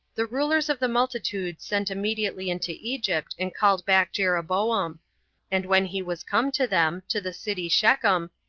the rulers of the multitude sent immediately into egypt, and called back jeroboam and when he was come to them, to the city shethem,